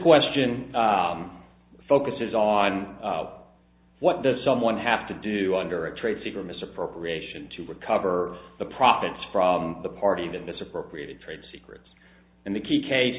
question focuses on what does someone have to do under a trade secret misappropriation to recover the profits from the party that misappropriated trade secrets and the key case